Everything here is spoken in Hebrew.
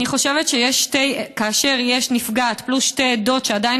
אני חושבת שכאשר יש נפגעת פלוס שתי עדות שעדיין